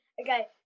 Okay